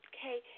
Okay